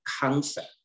concept